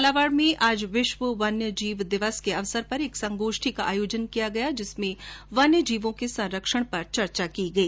झालावाड़ में आज विश्व वन्यजीव दिवस के अवसर पर एक संगोष्ठी का आयोजन किया गया जिसमें वन्यजीवों के संरक्षण पर चर्चा की गई